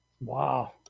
Wow